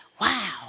Wow